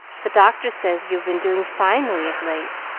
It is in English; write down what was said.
the doctor says you have been doing finely of late,